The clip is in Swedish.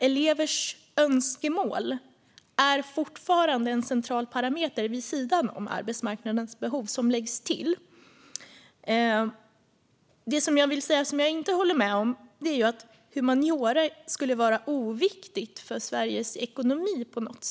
Elevers önskemål är fortfarande en central parameter vid sidan om arbetsmarknadens behov, som läggs till. Det han sa som jag inte håller med om är att humaniora på något sätt skulle vara oviktig för Sveriges ekonomi.